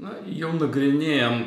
na jau nagrinėjam